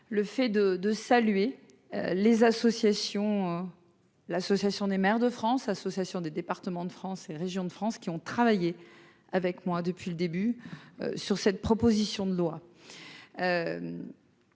le fait de, de saluer les associations, l'association des maires de France, association des départements de France et régions de France, qui ont travaillé avec moi depuis le début sur cette proposition de loi